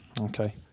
Okay